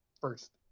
first